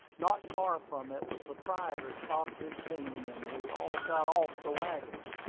not far from it the proprietor stopped his team, and we all got off the wagon.